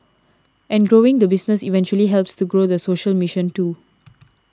and growing the business eventually helps to grow the social mission too